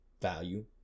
value